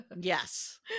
Yes